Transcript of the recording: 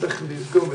צריך לזכור,